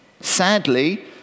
Sadly